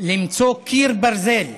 למצוא קיר ברזל,